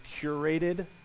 curated